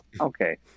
Okay